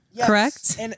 correct